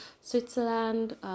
Switzerland